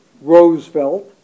Roosevelt